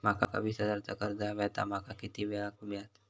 माका वीस हजार चा कर्ज हव्या ता माका किती वेळा क मिळात?